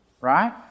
Right